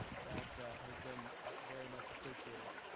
that has been very much appreciated.